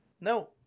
no